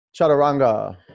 chaturanga